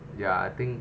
ya I think